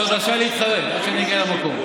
אתה עוד רשאי להתחרט עד שאני אגיע למקום.